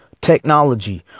Technology